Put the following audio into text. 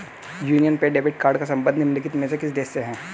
Union pay debit card का संबंध निम्नलिखित में से किस देश से है?